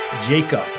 Jacob